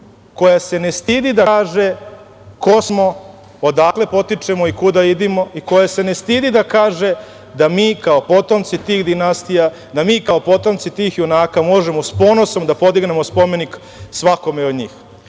koja se ne stidi da kaže ko smo, odakle potičemo i kuda idemo i koja se ne stidi da kaže da mi kao potomci tih dinastija, da mi kao potomci tih junaka možemo s ponosom da podignemo spomenik svakome od njih.